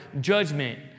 judgment